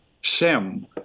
shem